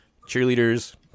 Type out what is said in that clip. cheerleaders